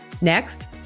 Next